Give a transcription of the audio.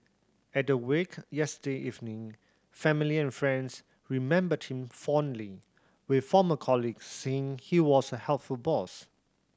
at the wake yesterday evening family and friends remembered him fondly with former colleagues saying he was a helpful boss